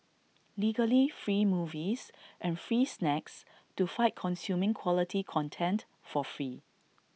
legally free movies and free snacks to fight consuming quality content for free